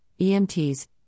EMTs